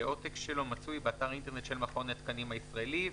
שעותק שלו מצוי באתר אינטרנט של מכון התקנים הישראלי,